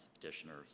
petitioner's